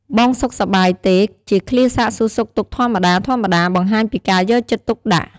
"បងសុខសប្បាយទេ?"ជាឃ្លាសាកសួរសុខទុក្ខធម្មតាៗបង្ហាញពីការយកចិត្តទុកដាក់។